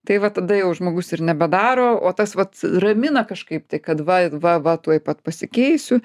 tai va tada jau žmogus ir nebedaro o tas vat ramina kažkaip tai kad va va va tuoj pat pasikeisiu